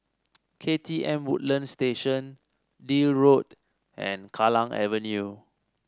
K T M Woodlands Station Deal Road and Kallang Avenue